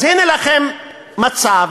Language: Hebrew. אז הנה לכם מצב